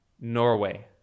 Norway